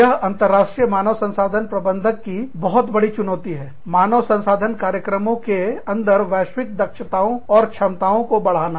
यह अंतरराष्ट्रीय मानव संसाधन प्रबंधक की बहुत बड़ी चुनौती है मानव संसाधन कार्यक्रमों के अंदर वैश्विक दक्षताओं और क्षमताओं को बढ़ाना